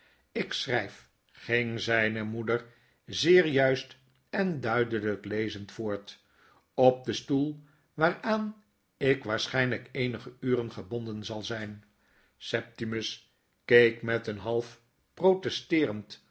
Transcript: lk schrijf ging zpe moeder zeerjuisten duidelijk lezend voort op den stoel waaraan ik waarschijnlp eenige uren gebonden zai zp septimus keek met een half protesteerend